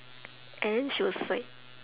and then she was like